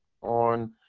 on